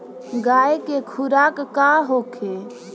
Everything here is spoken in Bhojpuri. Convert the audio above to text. गाय के खुराक का होखे?